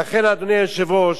לכן, אדוני היושב-ראש,